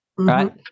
right